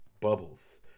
bubbles